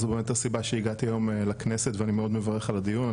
זו באמת הסיבה שאני הגעתי היום לכנסת ואני מאוד מברך על הדיון הזה,